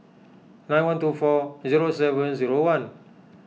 nine one two four zero seven zero one